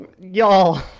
y'all